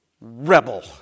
rebel